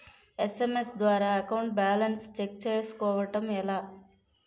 SMS ద్వారా account balance check చేసుకోవటం ఎలా?